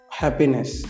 happiness